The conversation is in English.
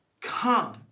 come